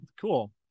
cool